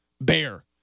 Bear